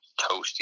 toasty